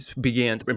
began